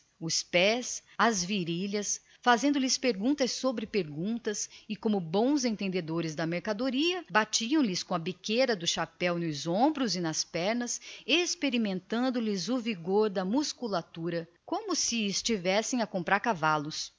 os pés e as virilhas faziam lhes perguntas sobre perguntas batiam lhes com a biqueira do chapéu nos ombros e nas coxas experimentando lhes o vigor da musculatura como se estivessem a comprar cavalos